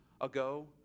ago